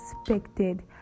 expected